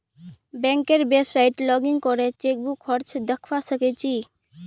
बैंकेर website login करे chequebook खर्च दखवा स ख छि